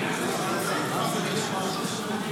איפה עוד זה קורה?